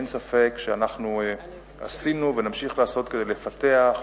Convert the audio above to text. אין ספק שאנחנו עשינו ונמשיך לעשות כדי לפתח,